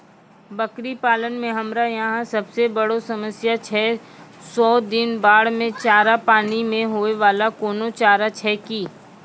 बकरी पालन मे हमरा यहाँ सब से बड़ो समस्या छै सौ दिन बाढ़ मे चारा, पानी मे होय वाला कोनो चारा छै कि?